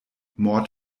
mord